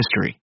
history